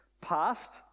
past